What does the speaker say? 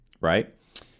right